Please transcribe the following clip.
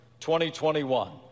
2021